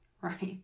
right